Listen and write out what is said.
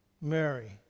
Mary